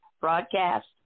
broadcast